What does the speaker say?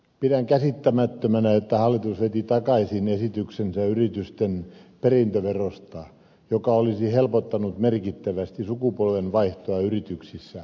pidän käsittämättömänä että hallitus veti takaisin esityksensä yritysten perintöverosta joka olisi helpottanut merkittävästi sukupolvenvaihtoa yrityksissä